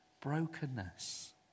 brokenness